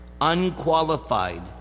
unqualified